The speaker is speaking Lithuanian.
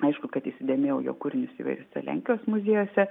aišku kad įsidėmėjau jo kūrinius įvairiuose lenkijos muziejuose